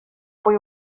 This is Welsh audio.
fwy